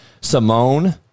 Simone